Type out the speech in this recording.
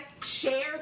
share